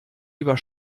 über